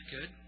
good